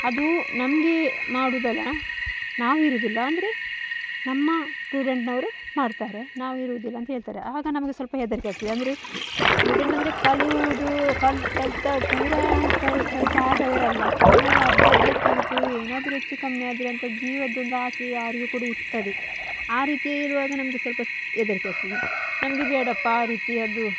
ಅದು ನಮಗೆ ಮಾಡುವುದಲ್ಲ ನಾವು ಇರುವುದಿಲ್ಲ ಅಂದರೆ ನಮ್ಮ ಸ್ಟೂಡೆಂಟಿನವರು ಮಾಡ್ತಾರೆ ನಾವು ಇರುವುದಿಲ್ಲ ಅಂತ್ಹೇಳ್ತಾರೆ ಆಗ ನಮಗೆ ಸ್ವಲ್ಪ ಹೆದರಿಕೆ ಆಗ್ತದೆ ಅಂದರೆ ಸ್ಟೂಡೆಂಟ್ ಅಂದರೆ ಕಲಿಯುವುದು ಕಲ ಕಲಿತ ಪೂರಾ ಕಲ ಕಲಿತು ಆದವರಲ್ಲ ಇನ್ನು ಅರ್ಧರ್ಧ ಕಲಿತು ಏನಾದರೂ ಹೆಚ್ಚು ಕಮ್ಮಿ ಆದರೆ ಅಂತ ಜೀವದ್ದೊಂದು ಆಸೆ ಯಾರಿಗೂ ಕೂಡ ಇರ್ತದೆ ಆ ರೀತಿ ಇರುವಾಗ ನಮಗೆ ಸ್ವಲ್ಪ ಹೆದರಿಕೆ ಆಗ್ತದೆ ನಮಗೆ ಬೇಡಪ್ಪ ಆ ರೀತಿಯದ್ದು